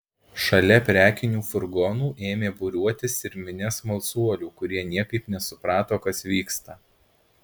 šalia prekinių furgonų ėmė būriuotis ir minia smalsuolių kurie niekaip nesuprato kas vyksta